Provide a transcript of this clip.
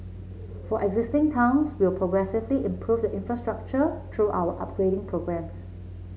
for existing towns we will progressively improve the infrastructure through our upgrading programmes